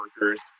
workers